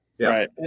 Right